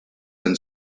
and